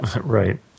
Right